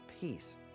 peace